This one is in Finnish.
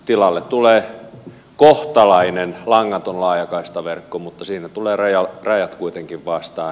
tilalle tulee kohtalainen langaton laajakaistaverkko mutta siinä tulee rajat kuitenkin vastaan